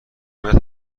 میاد